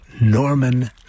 Norman